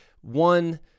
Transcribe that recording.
One